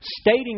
stating